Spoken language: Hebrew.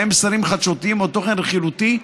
ובהם מסרים חדשותיים או תוכן רכילותי,